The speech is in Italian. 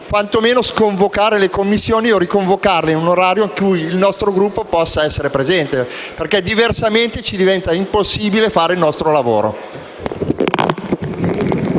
quantomeno sconvocare le Commissioni e riconvocarle in un orario in cui il nostro Gruppo possa essere presente, perché diversamente ci diventa impossibile svolgere il nostro lavoro.